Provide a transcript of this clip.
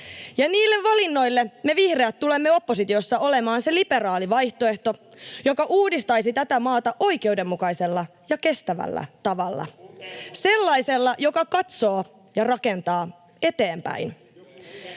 ja niille valinnoille me vihreät tulemme oppositiossa olemaan se liberaali vaihtoehto, joka uudistaisi tätä maata oikeudenmukaisella ja kestävällä tavalla, [Ben Zyskowicz: Kuten?] sellaisella, joka katsoo ja rakentaa eteenpäin.